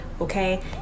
okay